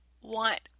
want